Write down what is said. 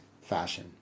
fashion